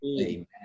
Amen